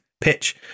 pitch